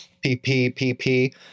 P-P-P-P